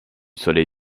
soleil